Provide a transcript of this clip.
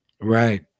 Right